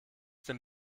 den